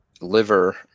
Liver